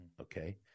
Okay